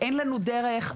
אין לנו דרך.